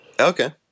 Okay